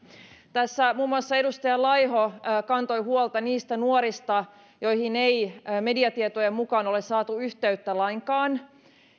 tässä muun muassa edustaja laiho kantoi huolta niistä nuorista joihin ei mediatietojen mukaan ole saatu yhteyttä lainkaan